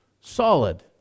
solid